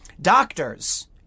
Doctors